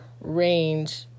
range